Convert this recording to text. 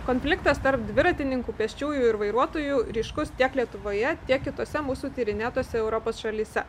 konfliktas tarp dviratininkų pėsčiųjų ir vairuotojų ryškus tiek lietuvoje tiek kitose mūsų tyrinėtose europos šalyse